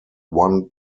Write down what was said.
one